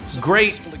Great